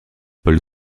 paul